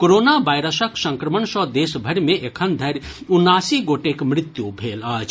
corona वायरसक संक्रमण सँ देशभरि मे एखन धरि उनासी गोटेक मृत्यु भेल अछि